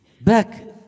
Back